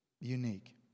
unique